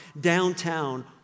downtown